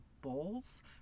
bowls